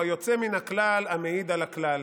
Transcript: הוא היוצא מן הכלל המעיד על הכלל.